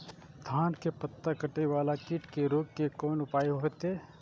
धान के पत्ता कटे वाला कीट के रोक के कोन उपाय होते?